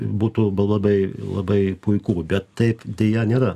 būtų labai labai puiku bet taip deja nėra